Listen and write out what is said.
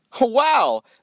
Wow